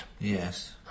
Yes